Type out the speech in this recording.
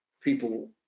people